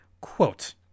quote